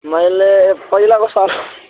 मैले पहिलाको सर